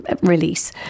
release